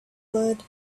blood